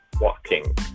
Walking